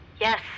Yes